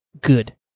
good